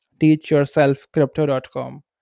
teachyourselfcrypto.com